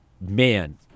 man